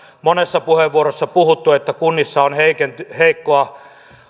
monessa puheenvuorossa puhuttu että kunnissa on heikkoa